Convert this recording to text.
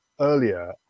earlier